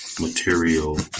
material